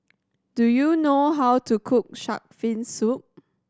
do you know how to cook Shark's Fin Soup